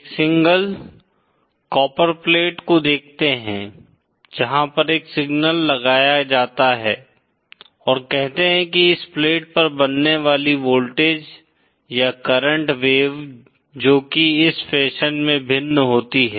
एक single copper plate को देखते हैं जहां पर एक सिग्नल लगाया जाता है और कहते हैं कि इस प्लेट पर बनने वाली वोल्टेज या करंट वेव जो कि इस फैशन में भिन्न होती है